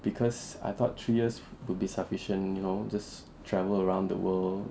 because I thought three years would be sufficient you know just travel around the world